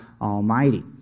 Almighty